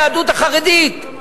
היהדות החרדית,